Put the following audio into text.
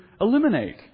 eliminate